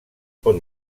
pot